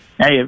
Hey